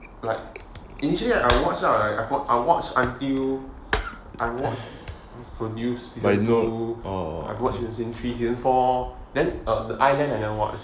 like initially I watch lah like I watch until I watch produced by to err I've watched season three season four then the island I never watch